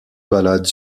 balades